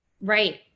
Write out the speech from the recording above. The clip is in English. Right